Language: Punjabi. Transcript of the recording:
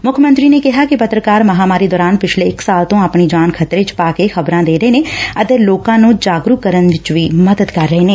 ਮੁੱਖ ਮੰਤਰੀ ਨੇ ਕਿਹਾ ਕਿ ਪਤੱਰਕਾਰ ਮਹਾਂਮਾਰੀ ਦੌਰਾਨ ਪਿਛਲੇ ਇਕ ਸਾਲ ਤੋਂ ਆਪਣੀ ਜਾਨ ਖ਼ਤਰੇ ਚ ਪਾ ਕੇ ਖ਼ਬਰਾਂ ਦੇ ਰਹੇ ਨੇ ਅਤੇ ਲੋਕਾ ਨੂੰ ਜਾਗਰੂਕ ਕਰਨ ਵਿਚ ਵੀ ਮਦਦ ਕਰ ਰਹੇ ਨੇ